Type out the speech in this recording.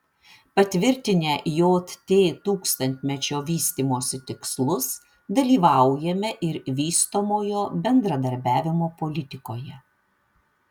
patvirtinę jt tūkstantmečio vystymosi tikslus dalyvaujame ir vystomojo bendradarbiavimo politikoje